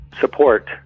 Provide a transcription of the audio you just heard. support